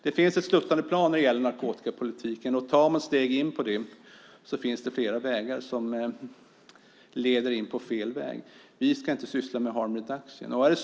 Det finns ett sluttande plan när det gäller narkotikapolitiken. Tar man ett steg in på det finns det flera vägar som leder fel. Vi ska inte syssla med harm reduction.